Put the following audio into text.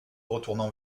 retournant